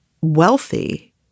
wealthy